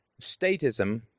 statism